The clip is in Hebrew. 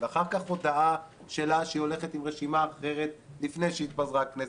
ואחר כך ההודעה שלה שהיא הולכת עם רשימה אחרת לפני שהתפזרה הכנסת,